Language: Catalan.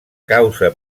causa